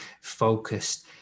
focused